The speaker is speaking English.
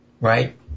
right